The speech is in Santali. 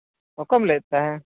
ᱚᱠᱚᱭᱮᱢ ᱞᱟᱹᱭᱮᱫ ᱛᱟᱦᱮᱱ